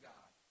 God